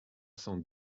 cent